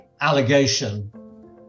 allegation